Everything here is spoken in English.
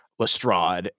Lestrade